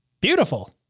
beautiful